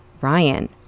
Ryan